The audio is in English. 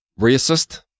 racist